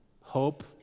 Hope